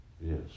Yes